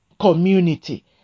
community